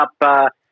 up –